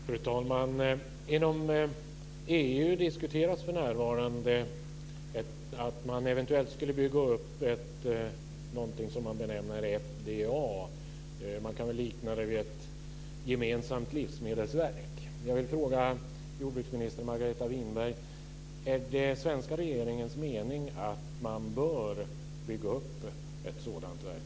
Fru talman! Inom EU diskuteras för närvarande att man eventuellt skulle bygga upp något som benämns FDA och som kan liknas vid ett gemensamt livsmedelsverk.